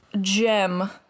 gem